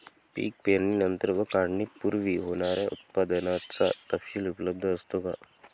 पीक पेरणीनंतर व काढणीपूर्वी होणाऱ्या उत्पादनाचा तपशील उपलब्ध असतो का?